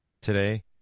today